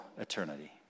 eternity